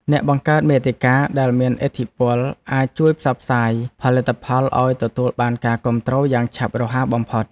អ្នកបង្កើតមាតិកាដែលមានឥទ្ធិពលអាចជួយផ្សព្វផ្សាយផលិតផលឱ្យទទួលបានការគាំទ្រយ៉ាងឆាប់រហ័សបំផុត។